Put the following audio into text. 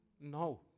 No